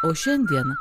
o šiandien